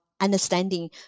understanding